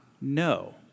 No